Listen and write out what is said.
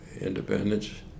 independence